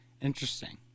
Interesting